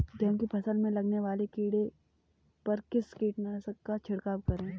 गेहूँ की फसल में लगने वाले कीड़े पर किस कीटनाशक का छिड़काव करें?